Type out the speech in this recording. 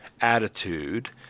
attitude